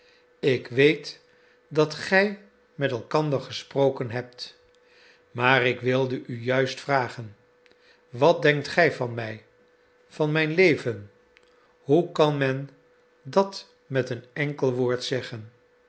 ik weet dat gij met elkander gesproken hebt maar ik wilde u juist vragen wat denkt gij van mij van mijn leven hoe kan men dat met een enkel woord zeggen